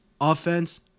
Offense